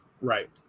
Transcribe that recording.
Right